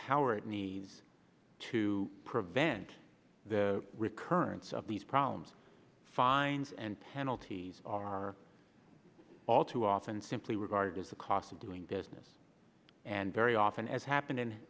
power it needs to prevent the recurrence of these problems fines and penalties are all too often simply regarded as the cost of doing business and very often as happen